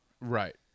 Right